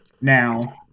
now